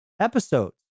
episodes